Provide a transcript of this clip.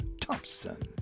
Thompson